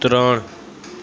ત્રણ